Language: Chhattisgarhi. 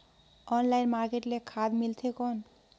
ऑनलाइन मार्केट ले खाद मिलथे कौन?